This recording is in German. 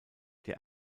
der